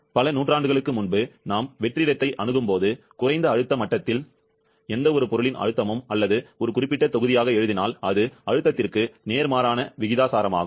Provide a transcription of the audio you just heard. பல நூற்றாண்டுகளுக்கு முன்பு நாம் வெற்றிடத்தை அணுகும்போது குறைந்த அழுத்த மட்டத்தில் எந்தவொரு பொருளின் அழுத்தமும் அல்லது ஒரு குறிப்பிட்ட தொகுதியாக எழுதினால் அது அழுத்தத்திற்கு நேர்மாறான விகிதாசாரமாகும்